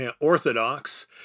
Orthodox